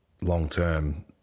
long-term